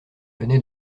venait